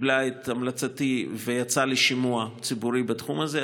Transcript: קיבלה את המלצתי ויצאה לשימוע ציבורי בתחום הזה.